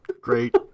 great